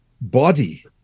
body